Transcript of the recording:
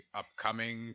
upcoming